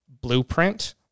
blueprint